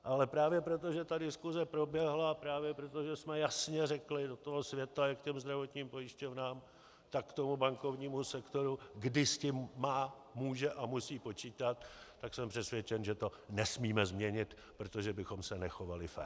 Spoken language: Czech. Ale právě proto, že ta diskuse proběhla, právě proto, že jsme jasně řekli do toho světa, jak těm zdravotním pojišťovnám, tak tomu bankovnímu sektoru, kdy s tím má, může a musí počítat, tak jsem přesvědčen, že to nesmíme změnit, protože bychom se nechovali fér.